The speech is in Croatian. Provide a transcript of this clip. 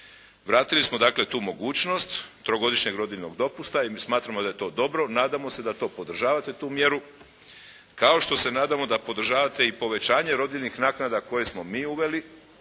Vratili smo dakle tu mogućnost trogodišnjeg rodiljnog dopusta i mi smatramo da je to dobro. Nadamo se da to podržavate tu mjeru kao što se nadamo da podržavate i povećanje rodiljnih naknada koje smo mi uveli